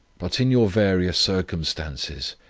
but, in your various circumstances,